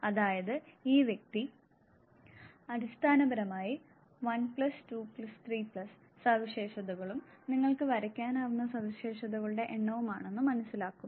അതായത് ഈ വ്യക്തി അടിസ്ഥാനപരമായി 1 2 3 സവിശേഷതകളും നിങ്ങൾക്ക് വരയ്ക്കാനാകുന്ന സവിശേഷതകളുടെ എണ്ണവുമാണെന്ന് മനസ്സിലാക്കും